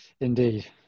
indeed